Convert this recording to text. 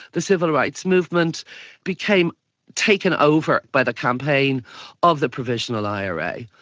the civil rights movement became taken over by the campaign of the provisional ira.